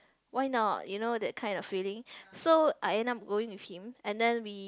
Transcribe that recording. why not you know that kind of feeling so I end up going with him and then we